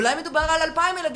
אולי מדובר על 2,000 ילדים,